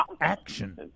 action